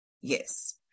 yes